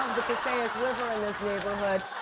passaic river in this neighborhood.